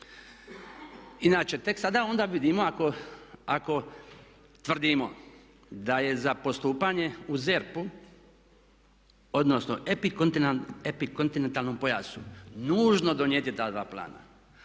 Inače tek sada onda vidimo ako tvrdimo da je za postupanje u ZERP-u, odnosno epikontinentalnom pojasu nužno donijeti ta dva plana,